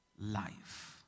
life